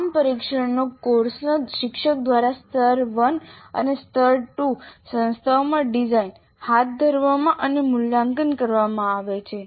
તમામ પરીક્ષણો કોર્સના શિક્ષક દ્વારા સ્તર 1 અને સ્તર 2 સંસ્થાઓમાં ડિઝાઇન હાથ ધરવામાં અને મૂલ્યાંકન કરવામાં આવે છે